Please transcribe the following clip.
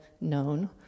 known